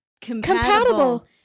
compatible